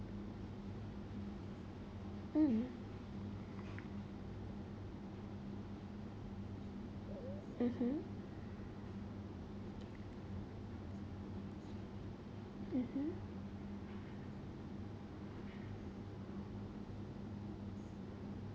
mm mmhmm mmhmm